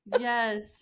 Yes